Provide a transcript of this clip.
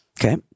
okay